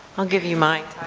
i'll give you mine.